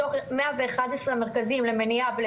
מתוך מאה ואחד עשרה מרכזים למניעת אלימות